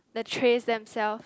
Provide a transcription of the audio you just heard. the trays themselves